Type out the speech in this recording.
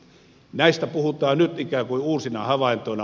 näistä puhutaan nyt ikään kuin uusina havaintoina